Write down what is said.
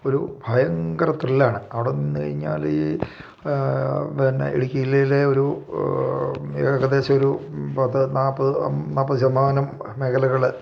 ഒരു ഭയങ്കര ത്രില്ലാണ് അവിടെ നിന്ന് കഴിഞ്ഞാൽ ഈ പിന്നെ ഇടുക്കി ജില്ലയിലെ ഒരു ഏകദേശം ഒരു പത്ത് നാൽപ്പത് നാൽപ്പത് ശതമാനം മേഖലകൾ